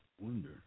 wonder